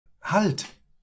Halt